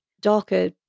darker